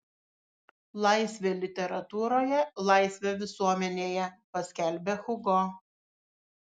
laisvė literatūroje laisvė visuomenėje paskelbė hugo